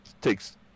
takes